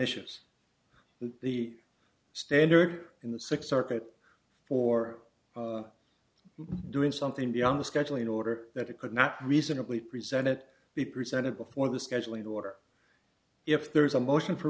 issues the standard in the sixth circuit for doing something beyond the scheduling order that it could not reasonably present it be presented before the scheduling order if there is a motion for